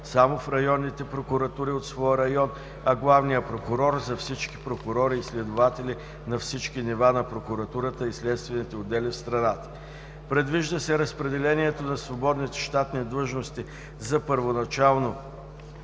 само в районните прокуратури от своя район, а главният прокурор за всички прокурори и следователи на всички нива на прокуратурата и следствените отдели в страната. Предвижда се разпределението на свободните щатни длъжности за първоначално